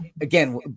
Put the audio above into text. again